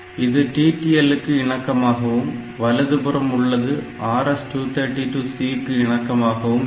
இது TTL க்கு இணக்கமாகவும் வலது புறம் உள்ளது RS232 C க்கு இணக்கமானதாகவும் இருக்கும்